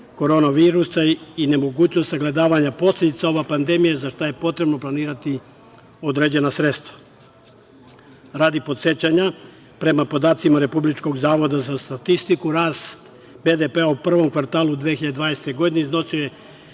korona virusom i nemogućnost sagledavanja posledica ove pandemije, za šta je potrebno planirati određena sredstva. Radi podsećanja, prema podacima RZS, rast BDP-a u prvom kvartalu 2020. godine iznosio